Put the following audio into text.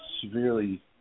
severely